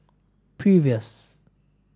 previous